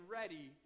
ready